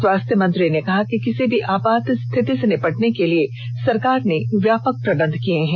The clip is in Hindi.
स्वास्थ्य मंत्री ने कहा कि किसी भी आपात स्थिति से निपटने के लिए सरकार ने व्यापक प्रबंध किए हैं